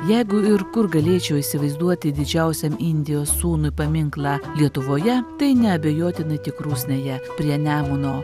jeigu ir kur galėčiau įsivaizduoti didžiausiam indijos sūnui paminklą lietuvoje tai neabejotinai tik rusnėje prie nemuno